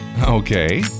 Okay